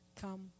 come